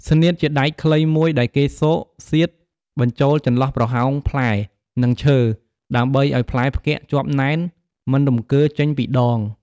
ស្នៀត ជាដែកខ្លីមួយដែលគេស៊កសៀតបញ្ចូលចន្លោះប្រហោងផ្លែ និងឈើ ដើម្បីឲ្យផ្លែផ្គាក់ជាប់ណែនមិនរង្គើចេញពីដង ។